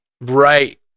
Right